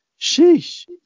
sheesh